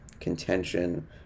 contention